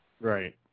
Right